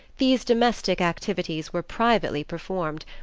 these domestic activities were privately performed,